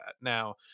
Now